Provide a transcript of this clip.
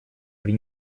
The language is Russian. при